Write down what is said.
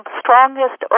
strongest